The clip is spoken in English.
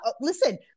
Listen